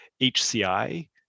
HCI